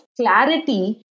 clarity